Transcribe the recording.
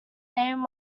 name